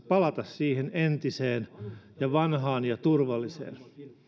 palata siihen entiseen ja vanhaan ja turvalliseen